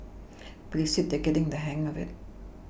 but he said that they are getting the hang of it